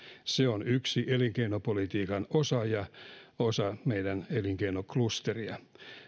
se on yksi elinkeinopolitiikan osa ja osa meidän elinkeinoklusteria